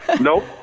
nope